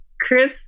Chris